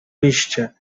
liście